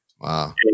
Wow